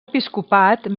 episcopat